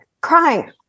crying